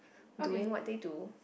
doing what they do